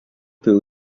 peut